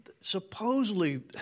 Supposedly